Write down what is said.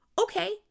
okay